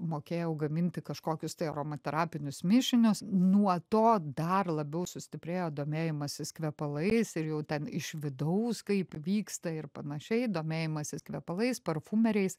mokėjau gaminti kažkokius tai aromaterapinius mišinius nuo to dar labiau sustiprėjo domėjimasis kvepalais ir jau ten iš vidaus kaip vyksta ir panašiai domėjimasis kvepalais parfumeriais